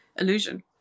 illusion